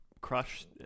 crush